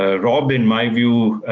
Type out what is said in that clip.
ah rob, in my view,